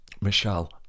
Michelle